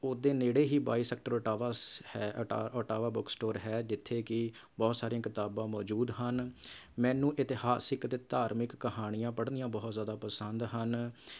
ਉਹਦੇ ਨੇੜੇ ਹੀ ਬਾਈ ਸੈਕਟਰ ਅਟਾਵਾਸ ਹੈ ਅਟਾ ਅਟਾਵਾ ਬੁੱਕ ਸਟੋਰ ਹੈ ਜਿੱਥੇ ਕਿ ਬਹੁਤ ਸਾਰੀਆਂ ਕਿਤਾਬਾਂ ਮੌਜੂਦ ਹਨ ਮੈਨੂੰ ਇਤਿਹਾਸਕ ਅਤੇ ਧਾਰਮਿਕ ਕਹਾਣੀਆਂ ਪੜ੍ਹਨੀਆਂ ਬਹੁਤ ਜ਼ਿਆਦਾ ਪਸੰਦ ਹਨ